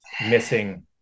missing